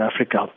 Africa